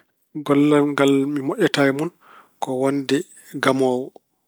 Gollal ngal mi moƴƴata e mun ko wonde gamoowo.